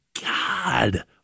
God